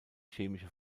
chemische